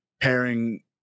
pairing